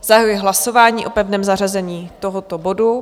Zahajuji hlasování o pevném zařazení tohoto bodu.